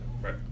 Right